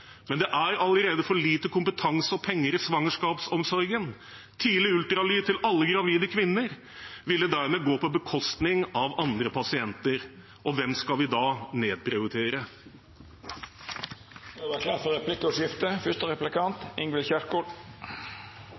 Men det er allerede for lite kompetanse og penger i svangerskapsomsorgen. Tidlig ultralyd til alle gravide kvinner ville dermed gå på bekostning av andre pasienter, og hvem skal vi da nedprioritere? Det